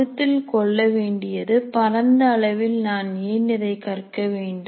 கருத்தில் கொள்ளவேண்டியது பரந்த அளவில் நான் ஏன் இதை கற்க வேண்டும்